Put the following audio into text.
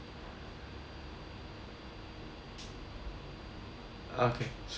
okay sure